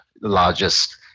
largest